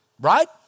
Right